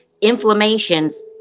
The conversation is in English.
Inflammations